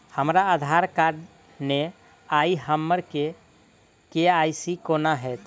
हमरा आधार कार्ड नै अई हम्मर के.वाई.सी कोना हैत?